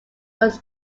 was